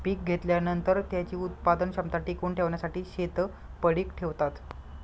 पीक घेतल्यानंतर, त्याची उत्पादन क्षमता टिकवून ठेवण्यासाठी शेत पडीक ठेवतात